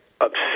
upset